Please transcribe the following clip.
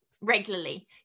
regularly